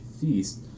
Feast